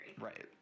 right